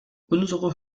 unsere